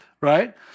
right